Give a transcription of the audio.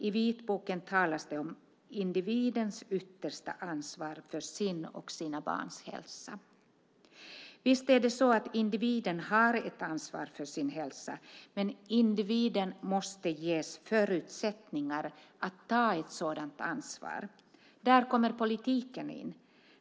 I vitboken talas det om individens yttersta ansvar för sin och sina barns hälsa. Visst är det så att individen har ett ansvar för sin hälsa. Men individen måste också ges förutsättningar att ta ett sådant ansvar. Där kommer politiken in.